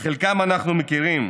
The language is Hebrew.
שאת חלקם אנחנו מכירים,